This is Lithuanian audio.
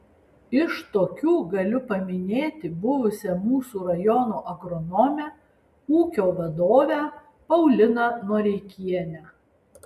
iš tokių galiu paminėti buvusią mūsų rajono agronomę ūkio vadovę pauliną noreikienę